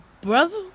brother